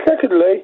secondly